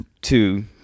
two